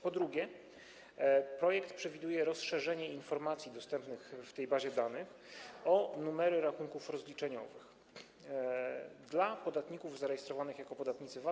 Po drugie, projekt przewiduje rozszerzenie informacji dostępnych w bazie danych o numery rachunków rozliczeniowych dla podatników zarejestrowanych jako podatnicy VAT.